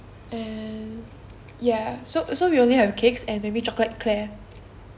and ya so so we only have cakes and maybe chocolate eclair